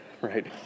right